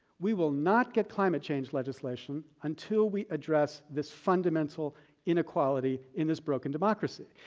we will not get climate change legislation, until we address this fundamental inequality in this broken democracy.